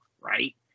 right